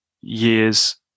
years